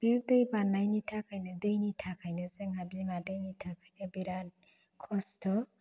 बि दै बादनानि थाखायनो दैनि थाखायनो जोंहा बिमा दैनि थाखायनो बेराद खस्थ'